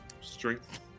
strength